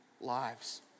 lives